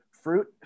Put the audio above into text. Fruit